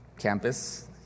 campus